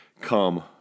come